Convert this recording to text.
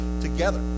together